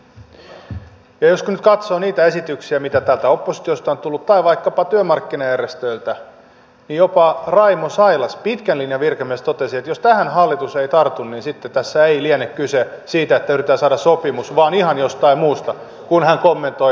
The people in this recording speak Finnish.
ja jos nyt katsoo niitä esityksiä joita täältä oppositiosta tai vaikkapa työmarkkinajärjestöiltä on tullut niin jopa raimo sailas pitkän linjan virkamies totesi että jos tähän hallitus ei tartu niin sitten tässä ei liene kyse siitä että yritetään saada sopimus vaan ihan jostain muusta kun hän kommentoi sakn esitystä